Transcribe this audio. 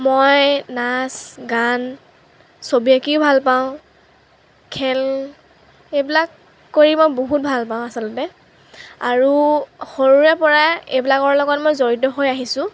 মই নাচ গান ছবি আঁকিও ভাল পাওঁ খেল এইবিলাক কৰি মই বহুত ভাল পাওঁ আচলতে আৰু সৰুৰে পৰাই এইবিলাকৰ লগত মই জড়িত হৈ আহিছোঁ